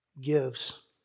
gives